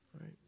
right